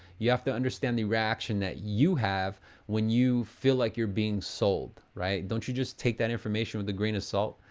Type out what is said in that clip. you have to understand the reaction that you have when you feel like you're being sold, right? don't you just take that information with a grain of salt?